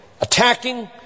attacking